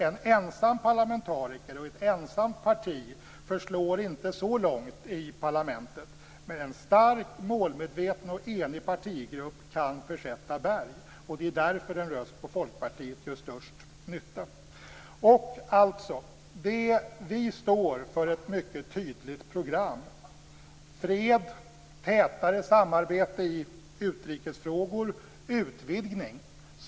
En ensam parlamentariker, och ett ensamt parti, förslår inte så långt i parlamentet, men en stark, målmedveten och enig partigrupp kan försätta berg. Det är därför en röst på Folkpartiet gör största nytta. Vi står för ett mycket tydligt program: fred, tätare samarbete i utrikesfrågor och utvidgning.